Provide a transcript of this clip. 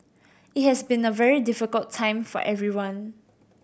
it has been a very difficult time for everyone